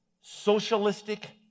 socialistic